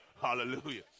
Hallelujah